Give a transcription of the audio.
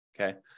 Okay